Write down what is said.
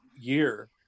year